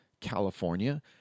California